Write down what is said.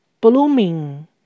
blooming